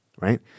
Right